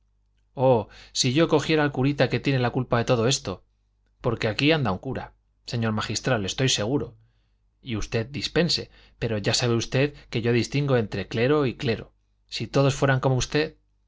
oh si yo cogiera al curita que tiene la culpa de todo esto porque aquí anda un cura señor magistral estoy seguro y usted dispense pero ya sabe usted que yo distingo entre clero y clero si todos fueran como usted